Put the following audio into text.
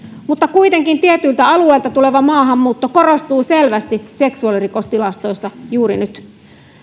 mutta kuitenkin tietyiltä alueilta tuleva maahanmuutto korostuu selvästi seksuaalirikostilastoissa juuri nyt